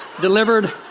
delivered